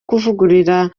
kuvugurura